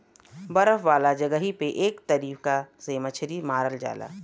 बर्फ वाला जगही पे एह तरीका से मछरी मारल जाला